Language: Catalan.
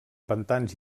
pantans